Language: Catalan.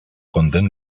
content